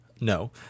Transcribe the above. No